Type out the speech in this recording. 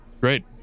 great